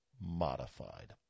modified